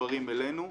מחוברים אלינו.